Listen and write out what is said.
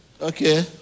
Okay